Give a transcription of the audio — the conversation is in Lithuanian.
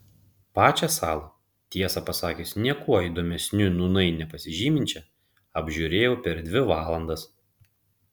pačią salą tiesą pasakius niekuo įdomesniu nūnai nepasižyminčią apžiūrėjau per dvi valandas